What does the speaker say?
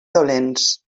dolents